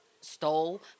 stole